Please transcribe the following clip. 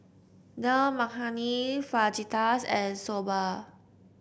Dal Makhani Fajitas and Soba